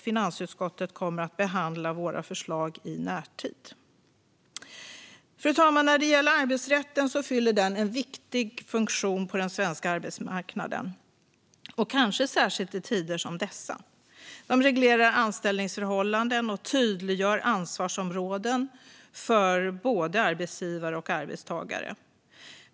Finansutskottet kommer att behandla våra förslag i närtid. Fru talman! Arbetsrätten fyller en viktig funktion på den svenska arbetsmarknaden, kanske särskilt i tider som dessa. Den reglerar anställningsförhållanden och tydliggör ansvarsområden för både arbetsgivare och arbetstagare.